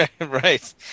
Right